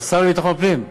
השר לביטחון פנים,